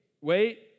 wait